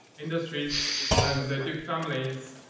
industries and the duke families,